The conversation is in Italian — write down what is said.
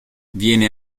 viene